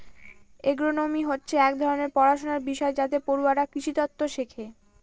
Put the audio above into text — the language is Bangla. এগ্রোনোমি হচ্ছে এক ধরনের পড়াশনার বিষয় যাতে পড়ুয়ারা কৃষিতত্ত্ব শেখে